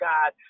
God